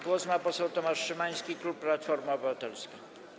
Głos ma poseł Tomasz Szymański, klub Platforma Obywatelska.